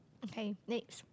Saint-Nick's